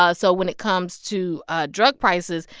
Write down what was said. ah so when it comes to ah drug prices,